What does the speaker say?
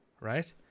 right